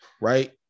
right